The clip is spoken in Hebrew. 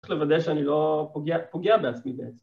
‫צריך לוודא שאני לא פוגע, פוגע בעצמי בעצם.